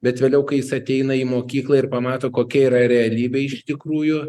bet vėliau kai jis ateina į mokyklą ir pamato kokia yra realybė iš tikrųjų